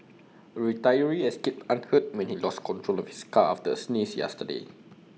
A retiree escaped unhurt when he lost control of his car after A sneeze yesterday